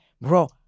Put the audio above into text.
bro